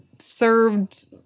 served